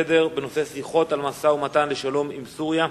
שיחות על משא-ומתן לשלום עם סוריה,